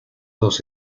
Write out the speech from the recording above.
dos